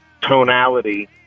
tonality